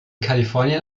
kalifornien